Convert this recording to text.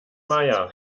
meier